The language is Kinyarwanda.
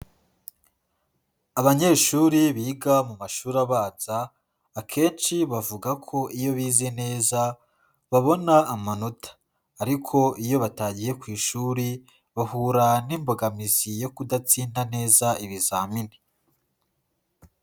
Abanyeshuri biga mu mashuri abanza, akenshi bavuga ko iyo bize neza babona amanota ariko iyo batagiye ku ishuri, bahura n'imbogamizi yo kudatsinda neza ibizamini.